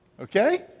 Okay